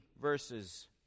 verses